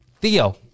Theo